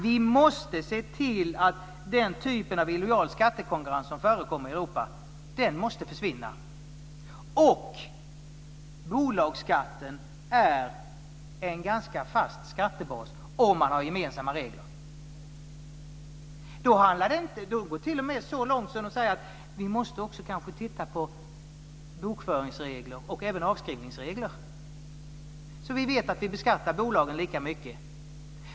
Vi måste se till att den typ av illojal skattekonkurrens som förekommer i Europa försvinner. Bolagsskatten är också en ganska fast skattebas om man har gemensamma regler. Man går t.o.m. så långt att man säger: Vi kanske också måste titta på bokföringsoch avskrivningsregler, så att vi vet att vi beskattar bolagen lika mycket.